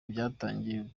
byatangiriye